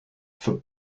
for